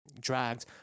dragged